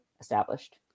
established